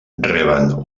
reben